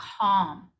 calm